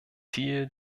ziel